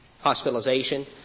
hospitalization